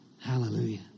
Hallelujah